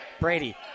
Brady